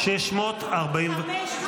-- 544.